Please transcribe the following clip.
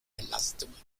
belastungen